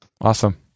Awesome